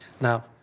Now